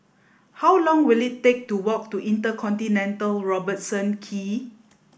how long will it take to walk to InterContinental Robertson Quay